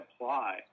apply